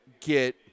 get